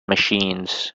machines